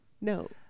No